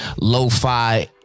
Lo-fi